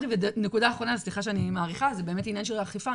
נקודה אחרונה זה באמת העניין של האכיפה.